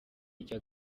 icya